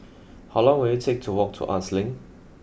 how long will it take to walk to Arts Link